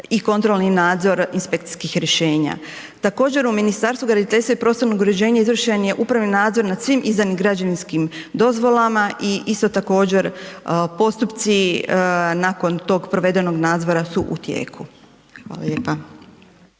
i kontrolni nadzor inspekcijskih rješenja. Također u Ministarstvu graditeljstva i prostornog uređenja izvršen je upravni nadzor nad svim izdanim građevinskim dozvolama i isto također postupci nakon tog provedenog nadzora su u tijeku. Hvala lijepa.